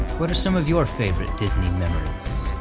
what are some of your favorite disney memories?